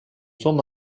sommes